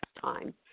time